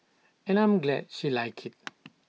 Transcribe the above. and I'm glad she liked IT